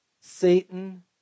Satan